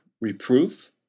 reproof